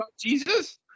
Jesus